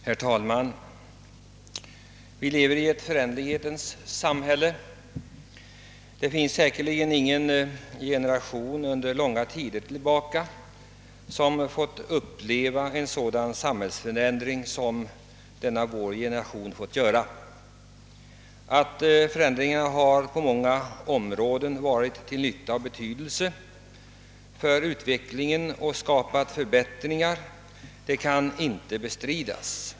Herr talman! Vi lever i ett föränderligt samhälle. Säkerligen har ingen generation på mycket lång tid upplevt en sådan förändring av samhället som vår generation fått göra. Att dessa förändringar på många områden har varit av stor betydelse och till stor nytta för utvecklingen samt möjliggjort många förbättringar kan inte bestridas.